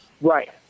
Right